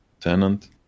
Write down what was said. tenant